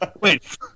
Wait